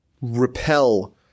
repel